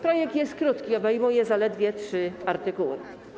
Projekt jest krótki, obejmuje zaledwie trzy artykuły.